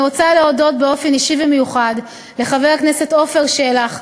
אני רוצה להודות באופן אישי ומיוחד לחברי הכנסת עפר שלח,